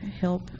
help